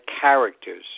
characters